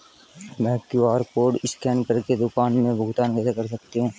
मैं QR code scan कर के दुकान में भुगतान कैसे कर सकती हूँ?